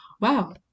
wow